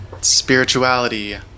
spirituality